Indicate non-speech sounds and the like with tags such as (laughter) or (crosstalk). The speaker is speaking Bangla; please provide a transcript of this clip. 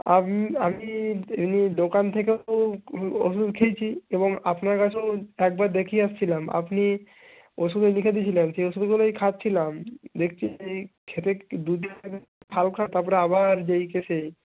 (unintelligible) আমি (unintelligible) দোকান থেকেও ওষুধ খেয়েছি এবং আপনার কাছেও একবার দেখিয়ে এসেছিলাম আপনি ওষুধও লিখে দিয়েছিলেন সেই ওষুধগুলোই খাচ্ছিলাম দেখছি যে খেতে দু দিনের (unintelligible) হালকা তারপরে আবার যেই কে সেই